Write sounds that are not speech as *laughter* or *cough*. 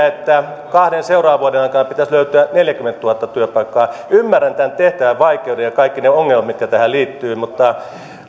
*unintelligible* että kahden seuraavan vuoden aikana pitäisi löytyä neljäkymmentätuhatta työpaikkaa ymmärrän tämän tehtävän vaikeuden ja kaikki ne ongelmat mitkä tähän liittyvät mutta